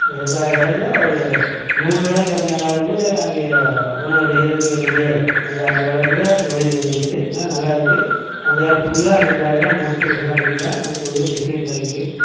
அந்த எட்டாயிரம் எழைல ஒரு நூறு எழை கம்மியானாலுமே அங்கே ஒன்றும் நெய்கிறதுக்கு முடியாது அந்த அந்தளவுக்குதான் தொழில்கள் இருக்குது இருந்தாலும் நல்லாயிருக்கு அந்த ஃபுல்லாக அந்த எழை போட்டு எஸாம் போட்டுருந்தா நமக்கு ஒரு டிசைன் கெடைக்கும்